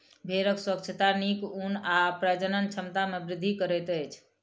भेड़क स्वच्छता नीक ऊन आ प्रजनन क्षमता में वृद्धि करैत अछि